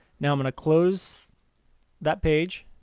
now i'm going to close that page.